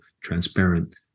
transparent